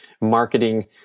marketing